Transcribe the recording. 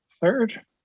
third